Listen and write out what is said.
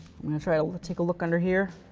going to try to take a look under here,